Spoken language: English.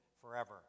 forever